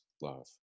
love